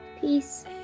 Peace